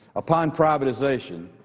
upon privatization,